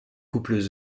couples